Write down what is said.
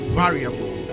variable